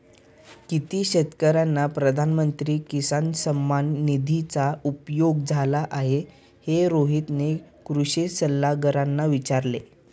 किती शेतकर्यांना प्रधानमंत्री किसान सन्मान निधीचा उपयोग झाला आहे, हे रोहितने कृषी सल्लागारांना विचारले